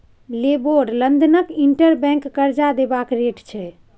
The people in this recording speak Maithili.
लेबोर लंदनक इंटर बैंक करजा देबाक रेट छै